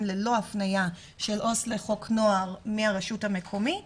ללא הפניה של עו"ס לחוק נוער מהרשות המקומית